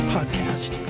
Podcast